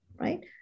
right